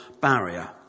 barrier